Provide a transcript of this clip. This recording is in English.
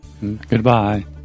Goodbye